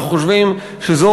אנחנו חושבים שזה